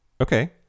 Okay